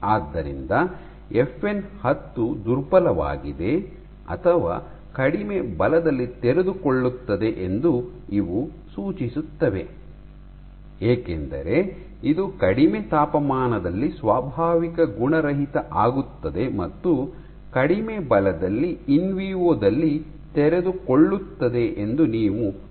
ಆದ್ದರಿಂದ ಎಫ್ಎನ್ 10 ದುರ್ಬಲವಾಗಿದೆ ಅಥವಾ ಕಡಿಮೆ ಬಲದಲ್ಲಿ ತೆರೆದುಕೊಳ್ಳುತ್ತದೆ ಎಂದು ಇವು ಸೂಚಿಸುತ್ತವೆ ಏಕೆಂದರೆ ಇದು ಕಡಿಮೆ ತಾಪಮಾನದಲ್ಲಿ ಸ್ವಾಭಾವಿಕ ಗುಣರಹಿತ ಆಗುತ್ತದೆ ಮತ್ತು ಕಡಿಮೆ ಬಲದಲ್ಲಿ ಇನ್ವಿವೊ ದಲ್ಲಿ ತೆರೆದುಕೊಳ್ಳುತ್ತದೆ ಎಂದು ನೀವು ನಿರೀಕ್ಷಿಸಬಹುದು